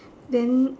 then